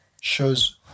shows